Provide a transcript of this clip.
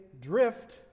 drift